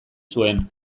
zuen